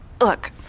Look